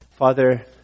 Father